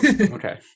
Okay